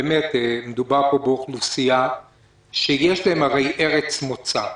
באמת, מדובר פה באוכלוסייה שיש לה הרי ארץ מוצא.